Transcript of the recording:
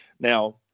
Now